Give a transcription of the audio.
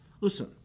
listen